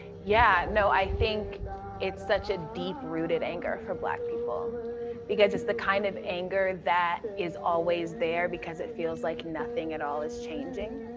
yeah, no, i think it's such a deep-rooted anger for black people because it's the kind of anger that is always there because it feels like nothing at all is changing.